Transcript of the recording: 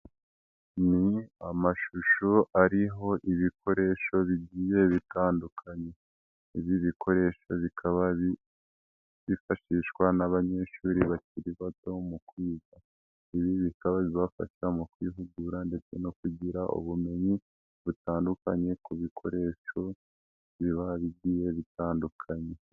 Ni amashusho ariho ibikoresho bigiye bitandukanye. ibi bikoresho bikaba byifashishwa n'abanyeshuri bakiri bato mu kwiga. Ibi bikaba bizafasha mu kwihugura ndetse no kugira ubumenyi butandukanye ku bikoresho biba bitandukanye.